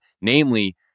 namely